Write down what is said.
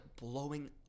blowing